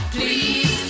Please